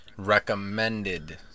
recommended